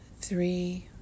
three